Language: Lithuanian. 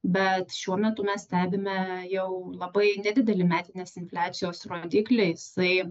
bet šiuo metu mes stebime jau labai didelį metinės infliacijos rodiklį jisai